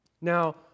Now